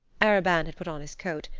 arobin had put on his coat,